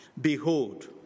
Behold